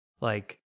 like-